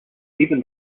even